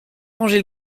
rangé